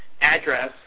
address